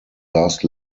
last